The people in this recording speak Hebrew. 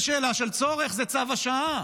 זו שאלה של צורך, זה צו השעה,